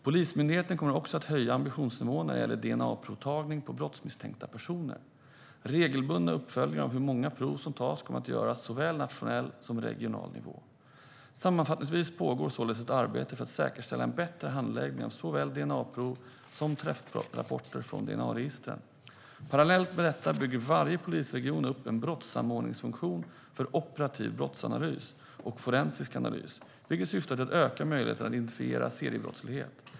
Polismyndigheten kommer också att höja ambitionsnivån när det gäller DNA-provtagning på brottsmisstänkta personer. Regelbundna uppföljningar av hur många prov som tas kommer att göras på såväl nationell som regional nivå. Sammanfattningsvis pågår således ett arbete för att säkerställa en bättre handläggning av såväl DNA-prov som träffrapporter från DNA-registren. Parallellt med detta bygger varje polisregion upp en brottssamordningsfunktion för operativ brottsanalys och forensisk analys, vilket syftar till att öka möjligheterna att identifiera seriebrottslighet.